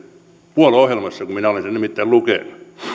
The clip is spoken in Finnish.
puolueohjelmassa minä olen sen nimittäin lukenut